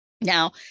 Now